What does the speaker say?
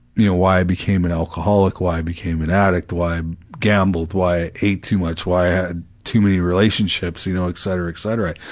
you know why i became an alcoholic, why i became an addict, why i gambled, why i ate too much, why i had too many relationships, you know, etc etc.